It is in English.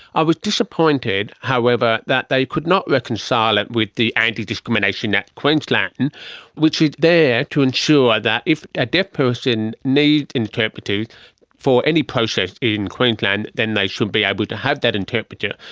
i was disappointed however that they could not reconcile it with the antidiscrimination act of queensland and which is there to ensure that if a deaf person needs interpreters for any process in queensland, then they should be able to have that interpreter.